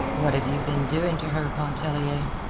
what have you been doing to her, pontellier?